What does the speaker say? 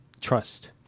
trust